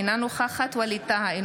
אינה נוכחת ווליד טאהא,